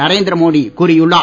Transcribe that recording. நரேந்திர மோடி கூறியுள்ளார்